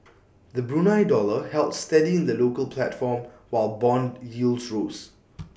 the Brunei dollar held steady in the local platform while Bond yields rose